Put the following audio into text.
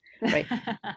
Right